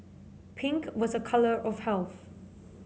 pink was a colour of health